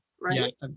right